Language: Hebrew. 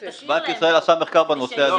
בנק ישראל עשה מחקר בנושא הזה